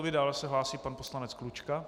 Dále se hlásí pan poslanec Klučka.